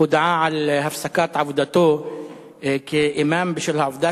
הודעה על הפסקת עבודתו כאימאם בשל העובדה